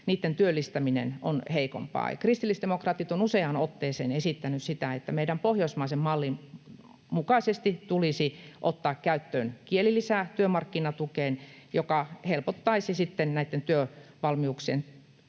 työllistäminen on heikompaa. Kristillisdemokraatit ovat useaan otteeseen esittäneet sitä, että meidän pohjoismaisen mallin mukaisesti tulisi ottaa käyttöön kielilisä työmarkkinatukeen, joka helpottaisi sitten näiden työvalmiuksien